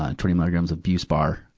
ah twenty milligrams of buspar, ah,